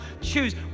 Choose